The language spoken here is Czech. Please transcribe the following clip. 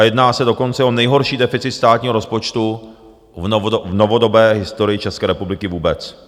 Jedná se dokonce o nejhorší deficit státního rozpočtu v novodobé historii České republiky vůbec.